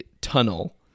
tunnel